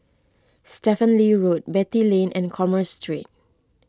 Stephen Lee Road Beatty Lane and Commerce Street